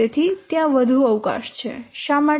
તેથી ત્યાં વધુ અવકાશ છે શા માટે